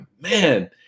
man